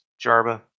Jarba